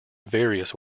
various